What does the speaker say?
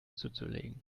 zuzulegen